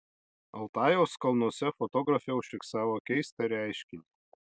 altajaus kalnuose fotografė užfiksavo keistą reiškinį